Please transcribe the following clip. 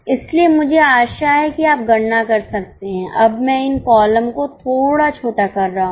इसलिए मुझे आशा है कि आप गणना कर सकते हैं अब मैं इन कॉलम को थोड़ा छोटा कर रहा हूं